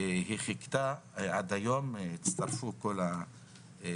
והיא חיכתה עד היום והצטרפו אליה כל החברים.